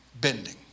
bending